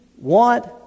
want